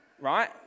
Right